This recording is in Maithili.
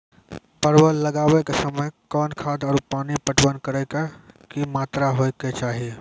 परवल लगाबै के समय कौन खाद आरु पानी पटवन करै के कि मात्रा होय केचाही?